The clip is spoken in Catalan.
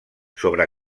sobre